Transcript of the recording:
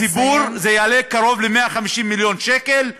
לציבור זה יעלה קרוב ל-150 מיליון שקל,